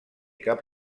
cap